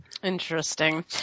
Interesting